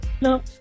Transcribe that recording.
No